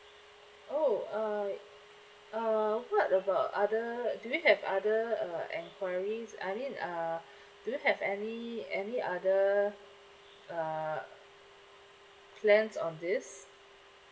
oh uh uh what about other do you have other uh enquiries I mean uh do you have any any other uh plans on this